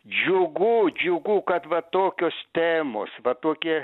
džiugu džiugu kad va tokios temos va tokie